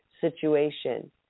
situation